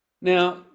Now